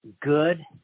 good